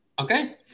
Okay